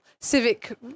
civic